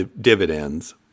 dividends